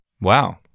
Wow